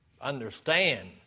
understand